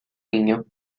niño